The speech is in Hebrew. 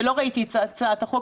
ולא ראיתי את הצעת החוק,